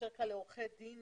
שיותר קל לעורכי דין,